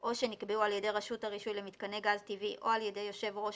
או שנקבעו על ידי רשות הרישוי למתקני גז טבעי או על ידי יושב ראש